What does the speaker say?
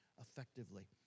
effectively